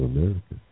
America